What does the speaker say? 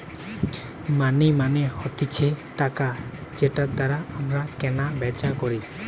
মানি মানে হতিছে টাকা যেটার দ্বারা আমরা কেনা বেচা করি